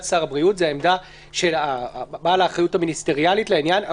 שר הבריאות" זו העמדה של בעל האחריות המיניסטריאלית לעניין,